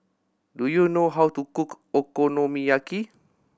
do you know how to cook Okonomiyaki